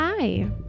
Hi